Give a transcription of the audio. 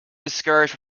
discouraged